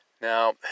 Now